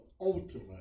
ultimate